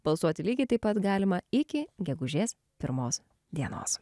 balsuoti lygiai taip pat galima iki gegužės pirmos dienos